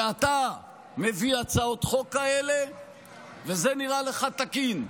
ואתה מביא הצעות חוק כאלה וזה נראה לך תקין,